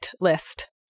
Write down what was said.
list